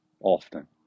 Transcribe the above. often